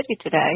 today